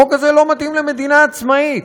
החוק הזה לא מתאים למדינה עצמאית.